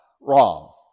wrong